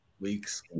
weeks